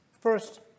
First